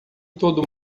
todo